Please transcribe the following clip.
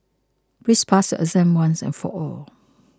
please pass exam once and for all